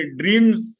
dreams